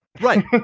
Right